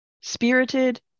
spirited